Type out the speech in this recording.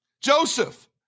Joseph